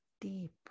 deep